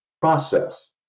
Process